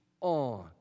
on